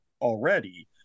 already